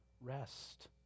Rest